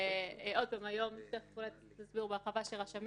תיכף אולי תסבירו בהרחבה שהיום הרשמים